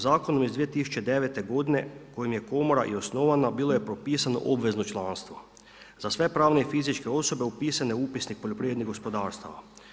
Zakonom iz 2009. godine kojim je komora i osnovana, bilo je propisano obvezno članstvo za sve pravne i fizičke osobe upisane u upisnik poljoprivrednih gospodarstava.